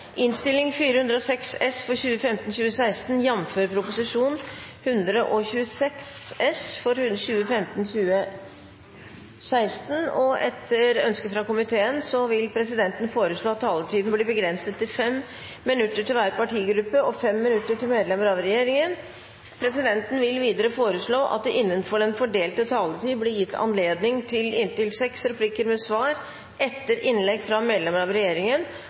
Etter ønske fra næringskomiteen vil presidenten foreslå at taletiden blir begrenset til 5 minutter til hver partigruppe og 5 minutter til medlemmer av regjeringen. Videre vil presidenten foreslå at det – innenfor den fordelte taletid – blir gitt anledning til inntil seks replikker med svar etter innlegg fra medlemmer av